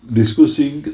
discussing